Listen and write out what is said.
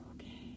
okay